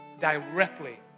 Directly